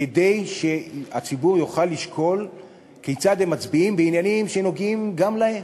כדי שהציבור יוכל לשקול כיצד הם מצביעים בעניינים שנוגעים גם להם.